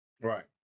Right